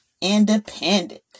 independent